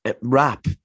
rap